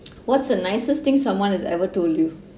what's the nicest thing someone has ever told you